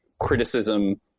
criticism